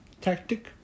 tactic